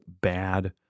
bad